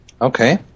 Okay